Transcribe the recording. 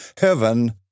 heaven